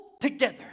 together